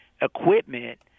equipment